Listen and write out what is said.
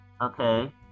Okay